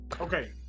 Okay